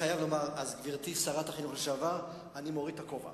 אז גברתי, שרת החינוך לשעבר, אני מוריד את הכובע